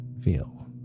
feel